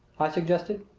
i suggested.